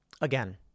again